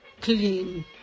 clean